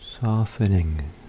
softening